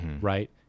right